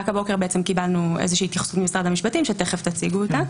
הבוקר קיבלנו איזושהי התייחסות משרד המשפטים שתכף יציג אותה.